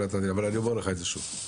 אבל אני אומר לך את זה שוב.